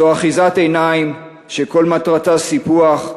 זו אחיזת עיניים שכל מטרתה סיפוח,